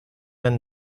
and